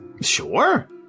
Sure